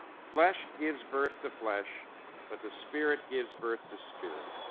flesh gives birth to flesh but the spirit gives birth to spirit.